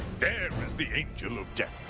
there is the angel of death!